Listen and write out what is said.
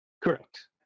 Correct